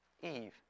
Eve